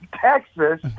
Texas